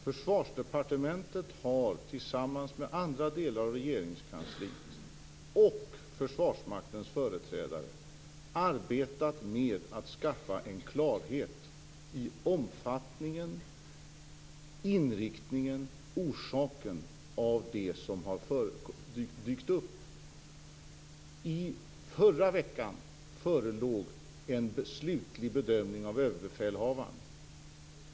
Försvarsdepartementet har tillsammans med andra delar av Regeringskansliet och Försvarsmaktens företrädare arbetat med att skaffa klarhet när det gäller omfattningen av, inriktningen på och orsaken till det som har dykt upp. Förra veckan förelåg en slutlig bedömning av överbefälhavaren.